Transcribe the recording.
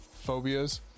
phobias